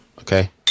Okay